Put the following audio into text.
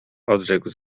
odrzekł